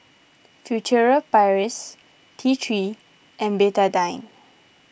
Furtere Paris T three and Betadine